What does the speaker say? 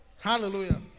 Hallelujah